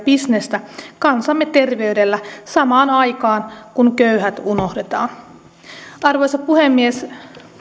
bisnestä kansamme terveydellä samaan aikaan kun köyhät unohdetaan arvoisa puhemies